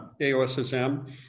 AOSSM